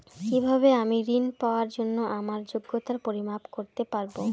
কিভাবে আমি ঋন পাওয়ার জন্য আমার যোগ্যতার পরিমাপ করতে পারব?